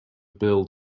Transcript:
build